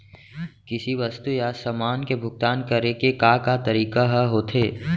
किसी वस्तु या समान के भुगतान करे के का का तरीका ह होथे?